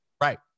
Right